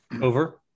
Over